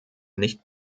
nicht